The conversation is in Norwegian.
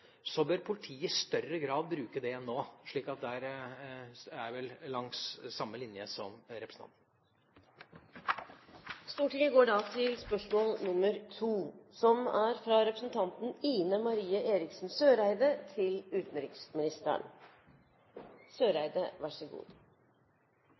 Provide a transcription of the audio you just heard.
bør politiet i større grad bruke det enn nå, slik at der er vi på linje med representanten. Vi går da til spørsmål